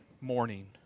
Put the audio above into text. morning